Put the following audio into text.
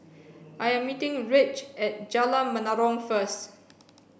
I am meeting Rich at Jalan Menarong first